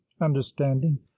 understanding